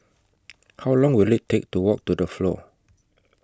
How Long Will IT Take to Walk to The Flow